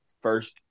first